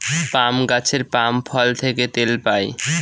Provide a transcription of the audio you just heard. পাম গাছের পাম ফল থেকে তেল পাই